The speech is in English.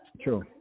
True